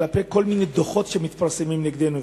כלפי כל מיני דוחות שמתפרסמים נגדנו,